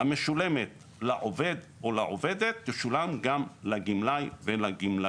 המשולמת לעובד או לעובדת תשולם גם לגמלאי ולגמלאית.